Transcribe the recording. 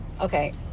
okay